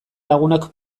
lagunak